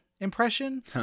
impression